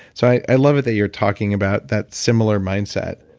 so i love it that you're talking about that similar mindset.